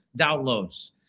downloads